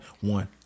One